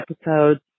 episodes